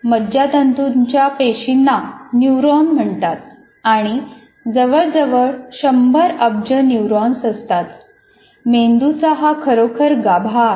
मज्जातंतूच्या पेशींना न्यूरॉन्स म्हणतात आणि जवळजवळ 100 अब्ज न्यूरॉन्स असतात मेंदूचा हा खरोखर गाभा आहे